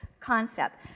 Concept